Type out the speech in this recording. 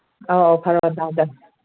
ꯑꯧ ꯑꯧ ꯐꯔꯣꯗꯥꯗꯣ